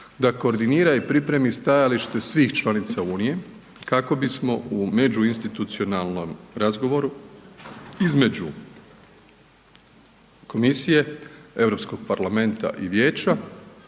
da koordinira i pripremi stajalište svih članica Unije kako bismo u međuinstitucionalnom razgovoru između komisije Europskog parlamenta i Vijeća